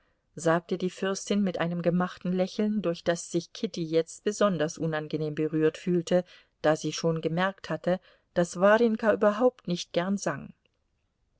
sagte die fürstin mit einem gemachten lächeln durch das sich kitty jetzt besonders unangenehm berührt fühlte da sie schon gemerkt hatte daß warjenka überhaupt nicht gern sang